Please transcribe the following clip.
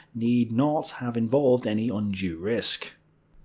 need not have involved any undue risk.